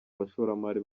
abashoramari